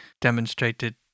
demonstrated